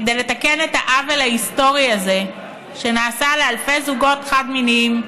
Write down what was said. כדי לתקן את העוול ההיסטורי הזה שנעשה לאלפי זוגות חד-מיניים,